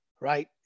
right